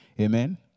Amen